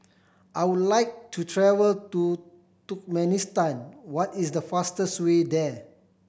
I would like to travel to Turkmenistan what is the fastest way there